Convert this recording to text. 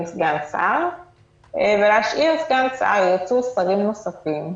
אם יש לאחרים,